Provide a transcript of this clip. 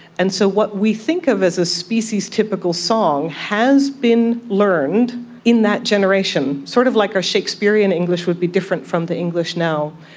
and so what we think of as a species-typical song has been learned in that generation, sort of like how ah shakespearean english would be different from the english now.